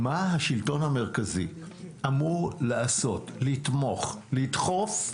מה השלטון המרכזי אמור לעשות, לתמוך ולדחוף.